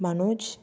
Manoj